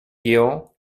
géant